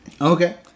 Okay